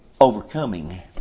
overcoming